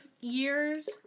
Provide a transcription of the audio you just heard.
years